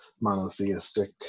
monotheistic